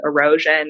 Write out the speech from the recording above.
erosion